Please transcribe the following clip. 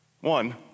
One